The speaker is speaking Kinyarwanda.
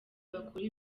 bakora